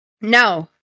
No